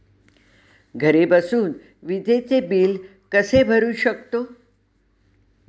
घरी बसून विजेचे बिल कसे भरू शकतो?